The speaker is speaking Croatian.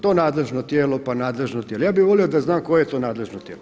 To nadležno tijelo pa nadležno tijelo, ja bih volio da znam koje je to nadležno tijelo?